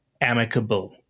amicable